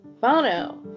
Bono